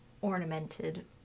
ornamented